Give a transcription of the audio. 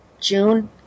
June